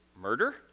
murder